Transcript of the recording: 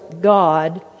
God